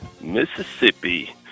Mississippi